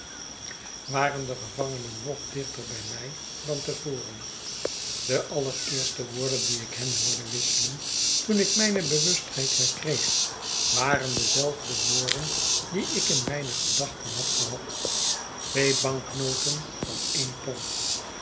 waren de gevangenen nog dichter bij mij dan te voren de allereerste woorden die ik hen hoorde wisselen toen ik mijne bewustheid herkreeg waren dezelfde woorden die ik in mijne gedachten had gehad twee banknoten van een pond